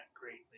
greatly